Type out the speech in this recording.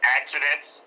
accidents